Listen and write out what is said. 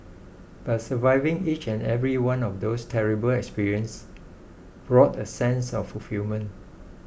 but surviving each and every one of those terrible experiences brought a sense of fulfilment